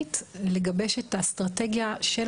יצאנו לפיילוט לבדוק ולמדל את המנמ"ריות האזוריות כדי